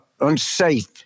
unsafe